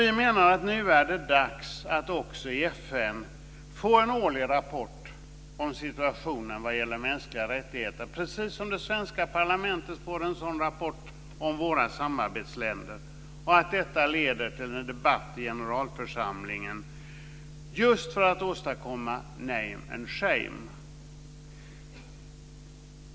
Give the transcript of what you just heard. Vi menar att det nu är dags att också i FN få en årlig rapport om situationen vad gäller mänskliga rättigheter, precis som vi i det svenska parlamentet får en sådan rapport om våra samarbetsländer, och att detta leder till en debatt i generalförsamlingen just för att åstadkomma name and shame.